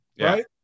right